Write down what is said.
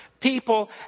people